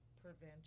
prevention